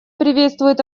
приветствует